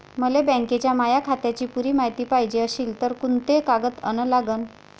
मले बँकेच्या माया खात्याची पुरी मायती पायजे अशील तर कुंते कागद अन लागन?